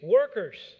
workers